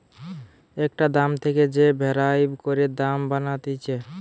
একটা দাম থেকে যে ডেরাইভ করে দাম বানাতিছে